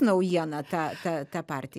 naujiena ta ta ta parti